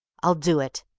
i'll do it.